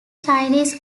chinese